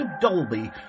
Dolby